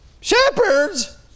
Shepherds